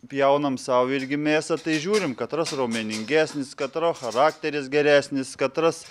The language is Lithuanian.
pjaunam sau irgi mėsą tai žiūrim katras raumeningesnis katro charakteris geresnis katras